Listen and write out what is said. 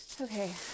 Okay